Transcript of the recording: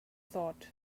thought